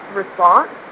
response